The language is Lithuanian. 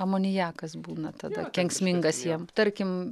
amoniakas būna tada kenksmingas jiem tarkim